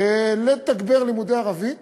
ולתגבר לימודי ערבית,